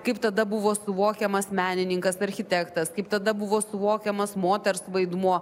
kaip tada buvo suvokiamas menininkas architektas kaip tada buvo suvokiamas moters vaidmuo